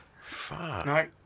fuck